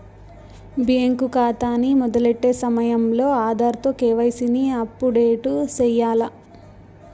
bank కాతాని మొదలెట్టే సమయంలో ఆధార్ తో కేవైసీని అప్పుడేటు సెయ్యాల్ల